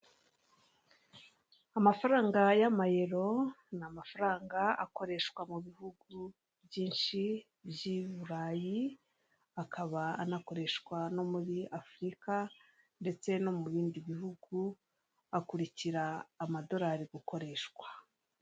Amafaranga y'amayero ni amafaranga akoreshwa mu bihugu by'inshi by'iburayi, akaba anakoreshwa no muri afurika, ndetse no mu bindi bihugu, akurikira amadolari gukoreshwa.